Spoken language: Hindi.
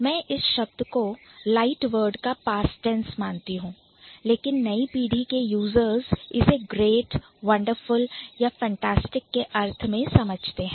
मैं इस शब्द को Light word का Past Tense मानती हूं लेकिन नई पीढ़ी के Users इसे Great Wonderful या Fantastic के अर्थ में समझते हैं